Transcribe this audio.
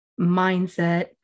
mindset